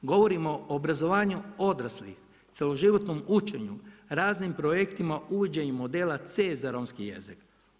Govorimo o obrazovanju odraslih, cijeloživotnom učenju, raznim projektima, uvođenje modela C za romski jezik.